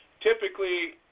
typically